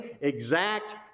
exact